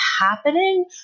happening